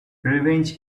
revenge